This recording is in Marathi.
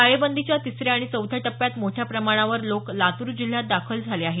टाळेबंदीच्या तिसऱ्या आणि चौथ्या टप्प्यात मोठ्या प्रमाणावर लोक लातूर जिल्ह्यात दाखल झाले आहेत